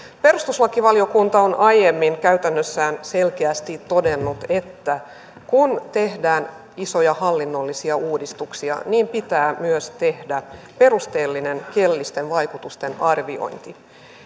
perustuslakivaliokunta on aiemmin käytännössään selkeästi todennut että kun tehdään isoja hallinnollisia uudistuksia niin pitää myös tehdä perusteellinen kielellisten vaikutusten arviointi ja